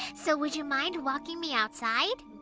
so would you mind walking me outside?